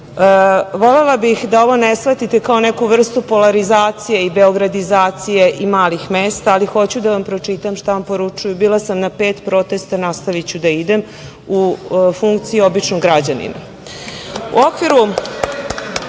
Volela bih da ovo ne shvatite kao neku vrstu polarizacije i beogradizacije i malih mesta, ali hoću da vam pročitam šta vam poručuju, a bila sam na pet protesta i nastaviću da idem u funkciji običnog građanina.U